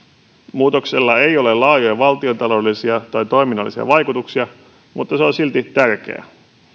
muutoksella ei ole laajoja valtiontaloudellisia tai toiminnallisia vaikutuksia mutta se on silti tärkeä